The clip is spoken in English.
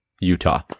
utah